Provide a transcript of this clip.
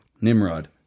Nimrod